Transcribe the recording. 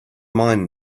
mine